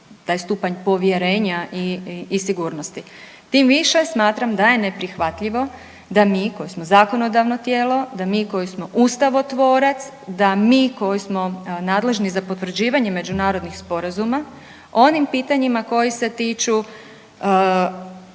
taj stupanj povjerenja i sigurnosti. Tim više smatram da je neprihvatljivo da mi, koji smo zakonodavno tijelo, da mi koji smo ustavotvorac, da mi koji smo nadležni za potvrđivanje međunarodnih sporazuma, onim pitanjima koji se tiču,